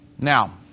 Now